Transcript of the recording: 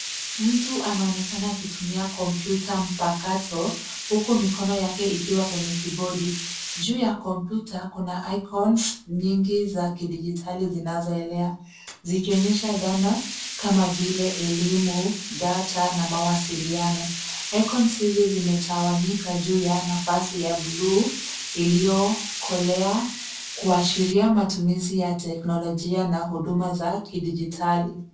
Mtu anaonekana akitumia kompyuta mpakato, huku mikono yake ikiwa kwenye kibodi. Juu ya kompyuta kuna icons nyingi za kidijitali zinazoelea zikionyesha dhana kama vile elimu, data na mawasiliano. icons hizi zimetawanyika juu ya nafasi ya buluu iliyokolea kuashiria matumizi ya teknolojia na huduma za kidijitali.